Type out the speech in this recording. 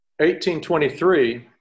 1823